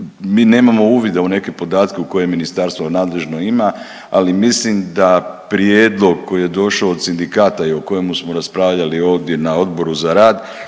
mi nemamo uvida u neke podatke u koje ministarstvo nadležno ima, ali mislim da prijedlog koji je došao od sindikata i o kojemu smo raspravljali ovdje na Odboru za rad